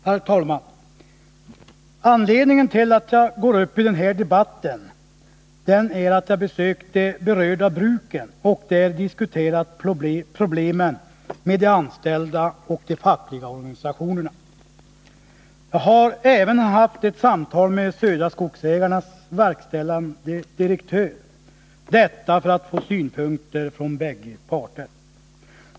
Herr talman! Anledningen till att jag går upp i debatten är att jag har besökt de berörda bruken och där diskuterat problemen med de anställda och de fackliga organisationerna. Jag hade även ett samtal med Södra Skogsägarnas verkställande direktör — detta för att få synpunkter från bägge parter.